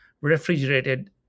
refrigerated